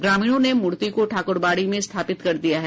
ग्रामीणों ने मूर्ति को ठाकुरबाड़ी में स्थापित कर दिया है